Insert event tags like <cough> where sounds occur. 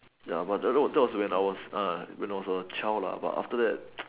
ya but that that was when I was ah when I was a child lah but after that <noise>